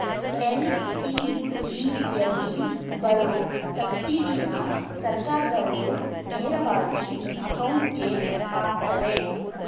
ಎಲ್.ಪಿ.ಜಿಯಲ್ಲಿ ಬರೋ ಸಬ್ಸಿಡಿನ ಸರ್ಕಾರ್ದಾವ್ರು ನೇರವಾಗಿ ಅಕೌಂಟ್ಗೆ ಅಕ್ತರೆ